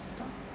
tak